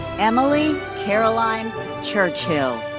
emily caroline churchill.